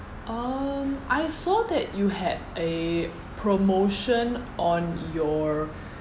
um I saw that you had a promotion on your